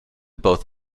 both